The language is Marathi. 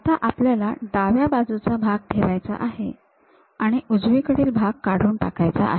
आता आपल्याला डाव्या बाजूचा भाग ठेवायचा आहे आणि उजवीकडील भाग काढून टाकायचा आहे